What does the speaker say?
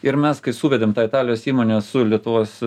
ir mes kai suvedėm tą italijos įmonę su lietuvos